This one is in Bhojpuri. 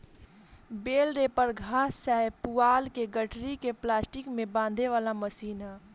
बेल रैपर घास चाहे पुआल के गठरी के प्लास्टिक में बांधे वाला मशीन ह